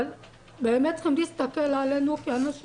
אבל באמת צריכים להסתכל עלינו כאנשים